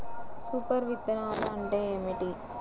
Super విత్తనాలు అంటే ఏమిటి?